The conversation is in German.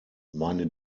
meine